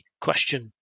question